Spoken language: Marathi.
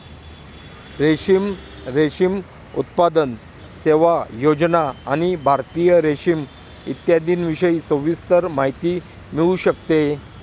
रेशीम, रेशीम उत्पादन, सेवा, योजना आणि भारतीय रेशीम इत्यादींविषयी सविस्तर माहिती मिळू शकते